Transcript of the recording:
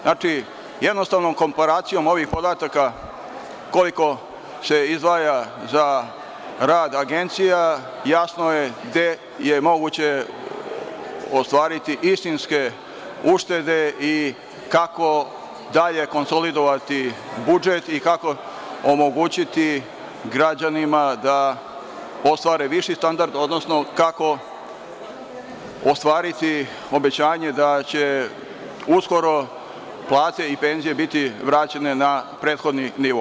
Znači, jednostavnom komparacijom ovih podataka koliko se izdvaja za rad agencija, jasno je gde je moguće ostvariti istinske uštede i kako dalje konsolidovati budžet i kako omogućiti građanima da ostvare viši standard, odnosno kako ostvariti obećanje da će uskoro plate i penzije biti vraćene na prethodni nivo.